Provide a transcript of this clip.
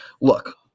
Look